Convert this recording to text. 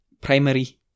primary